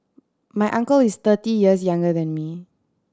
my uncle is thirty years younger than me